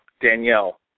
Danielle